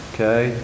Okay